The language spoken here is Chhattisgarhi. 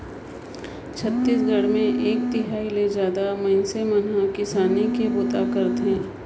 छत्तीसगढ़ मे एक तिहाई ले जादा मइनसे मन हर किसानी के बूता करथे